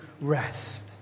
rest